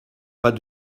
pas